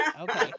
Okay